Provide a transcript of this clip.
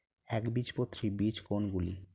একবীজপত্রী বীজ কোন গুলি?